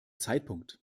zeitpunkt